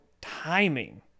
Timing